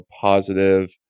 positive